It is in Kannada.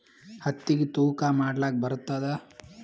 ಹತ್ತಿಗಿ ತೂಕಾ ಮಾಡಲಾಕ ಬರತ್ತಾದಾ?